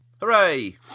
Hooray